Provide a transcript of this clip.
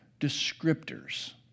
descriptors